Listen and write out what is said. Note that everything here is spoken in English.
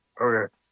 Okay